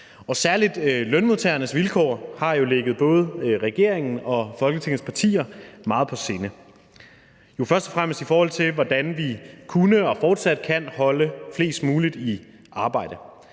Særlig lønmodtagernes vilkår har jo ligget både regeringen og Folketingets partier meget på sinde, først og fremmest i forhold til, hvordan vi kunne og fortsat kan holde flest muligt i arbejde.